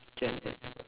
can can